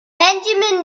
benjamin